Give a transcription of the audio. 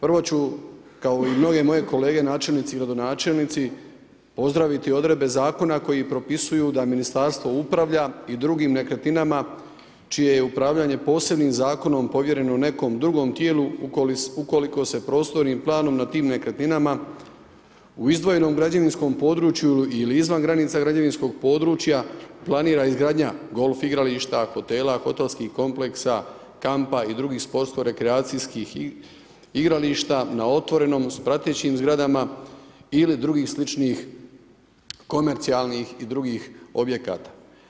Prvo ću kao i mnoge moje kolege načelnici i gradonačelnici pozdraviti odredbe zakona koji propisuju da ministarstvo upravlja i drugim nekretninama čije je upravljanje posebnim zakonom povjereno nekom drugom tijelu ukoliko se prostornim planom na tim nekretninama u izdvojenom građevinskom području ili izvan granica građevinskog područja planira izgradnja golf igrališta, hotela, hotelskih kompleksa, kampa i drugih sportsko-rekreacijskih igrališta na otvorenom s pratećim zgradama ili drugih sličnih komercijalnih i drugih objekata.